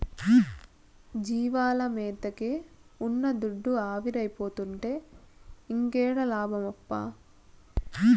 జీవాల మేతకే ఉన్న దుడ్డు ఆవిరైపోతుంటే ఇంకేడ లాభమప్పా